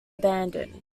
abandoned